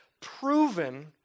proven